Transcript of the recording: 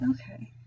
Okay